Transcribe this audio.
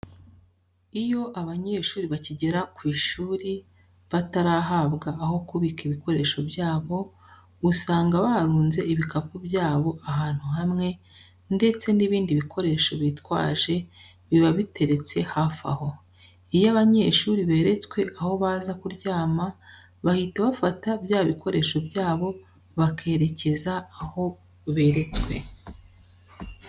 Iyo abanyeshuri bakigera ku ishuri batarahabwa aho kubika ibikoresho byabo usanga barunze ibikapu byabo ahantu hamwe ndetse n'ibindi bikoresho bitwaje biba biteretse hafi aho. Iyo abanyeshuri beretswe aho baza kuryama bahita bafata bya bikoresho byabo bakerekeza aho beretswe.